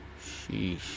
sheesh